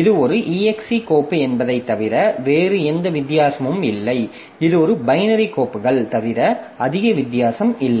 இது ஒரு exe கோப்பு என்பதைத் தவிர வேறு எந்த வித்தியாசமும் இல்லை இது ஒரு பைனரி கோப்புகள் தவிர அதிக வித்தியாசம் இல்லை